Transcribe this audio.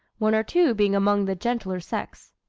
one or two being among the gentler sex.